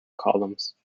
columns